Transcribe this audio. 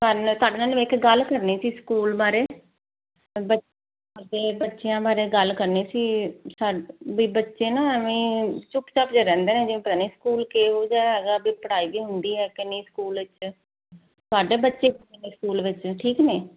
ਥਾਡੇ ਨਾਲ ਇੱਕ ਗੱਲ ਕਰਨੀ ਸੀ ਸਕੂਲ ਬਾਰੇ ਬੱਚਿਆਂ ਬਾਰੇ ਗੱਲ ਕਰਨੀ ਸੀ ਸਾ ਵੀ ਬੱਚੇ ਨਾ ਐਵੇਂ ਚੁੱਪ ਚਾਪ ਜੇ ਰਹਿੰਦਾ ਨੇ ਸਕੂਲ ਕਿਹੋ ਜਿਹਾ ਹੈਗਾ ਵੀ ਪੜ੍ਹਾਈ ਵੀ ਹੁੰਦੀ ਹ ਕਿ ਨਹੀਂ ਸਕੂਲ ਵਿੱਚ ਤੁਹਾਡੇ ਬੱਚੇ ਸਕੂਲ ਵਿੱਚ ਠੀਕ ਨੇ